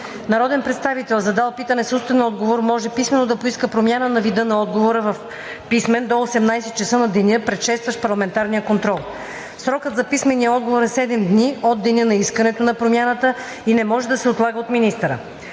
Народен представител, задал питане с устен отговор, може писмено да поиска промяна на вида на отговора в писмен до 18,00 ч. на деня, предшестващ парламентарния контрол. Срокът за писмения отговор е 7 дни от деня на искането на промяната и не може да се отлага от министъра.